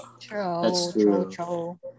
true